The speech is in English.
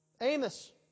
Amos